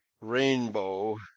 Rainbow